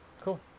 Cool